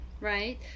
right